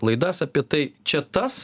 laidas apie tai čia tas